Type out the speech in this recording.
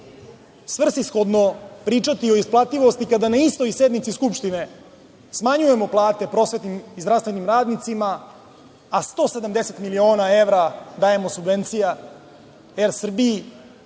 svrsishodno pričati o isplativosti kada na istoj sednici Skupštine smanjujemo plate prosvetnim i zdravstvenim radnicima, a 170 miliona evra dajemo subvencija „Er Srbiji“